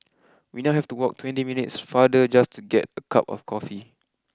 we now have to walk twenty minutes farther just to get a cup of coffee